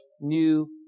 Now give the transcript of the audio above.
new